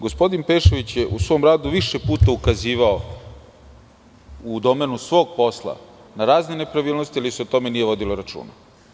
Gospodin Pešović je u svom radu više puta ukazivao u domenu svog posla na razne nepravilnosti ili se o tome nije vodilo računa.